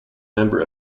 member